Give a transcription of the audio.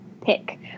pick